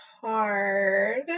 hard